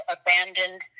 abandoned